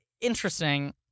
interesting